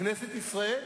בכנסת ישראל.